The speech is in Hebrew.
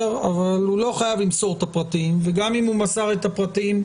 הוא לא חייב למסור את הפרטים וגם אם הוא מסר את הפרטים,